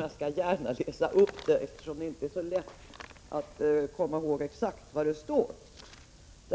Jag skall läsa upp den paragrafen, eftersom det inte är så lätt att komma ihåg exakt vad där står: Det